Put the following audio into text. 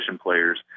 players